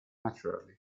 naturally